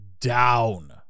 down